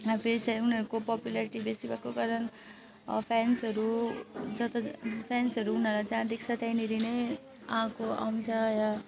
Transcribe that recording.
यहाँ फेरि चाहिँ उनीहरूको पपुल्यारिटी बेसी भएको कारण फ्यान्सहरू जता ज् फ्यान्सहरू उनीहरूलाई जहाँ देख्छ त्यहीँनेरि नै आएको आउँछ र